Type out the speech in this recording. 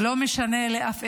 לא משנה לאף אחד,